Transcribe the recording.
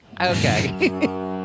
Okay